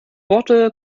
worte